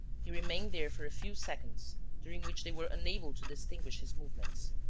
he remained there for a few seconds, during which they were unable to distinguish his movements.